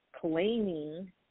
claiming